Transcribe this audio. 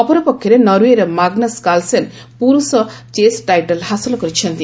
ଅପରପକ୍ଷରେ ନର୍ୱେର Magnus Carlsen ପୁରୁଷ ଚେସ୍ ଟାଇଟଲ ହାସଲ କରିଛନ୍ତି